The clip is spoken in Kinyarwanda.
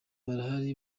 barahari